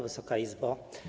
Wysoka Izbo!